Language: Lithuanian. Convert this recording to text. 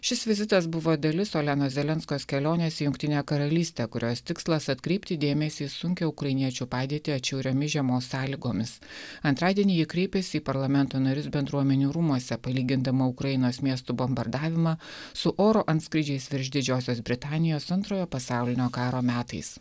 šis vizitas buvo dalis olenos zelenskos kelionės į jungtinę karalystę kurios tikslas atkreipti dėmesį į sunkią ukrainiečių padėtį atšiauriomis žiemos sąlygomis antradienį ji kreipėsi į parlamento narius bendruomenių rūmuose palygindama ukrainos miestų bombardavimą su oro antskrydžiais virš didžiosios britanijos antrojo pasaulinio karo metais